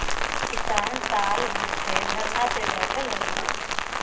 किसान साल भर से धरना पे बैठल हउवन